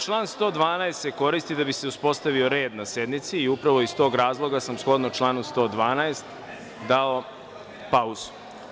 Član 112. se koristi da bi se uspostavio red na sednici i upravo iz tog razloga sam shodno članu 112. dao pauzu.